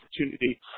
opportunity